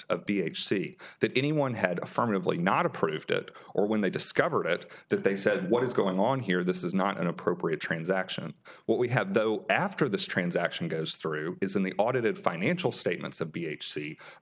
of b h c that anyone had affirmatively not approved it or when they discovered it that they said what is going on here this is not an appropriate transaction what we have though after this transaction goes through is in the audited financial statements